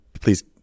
please